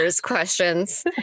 questions